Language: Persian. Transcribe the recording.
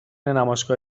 نمایشگاه